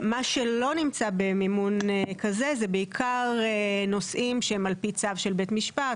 מה שלא נמצא במימון כזה אלו בעיקר נושאים שהם על פי צו של בית משפט,